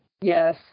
Yes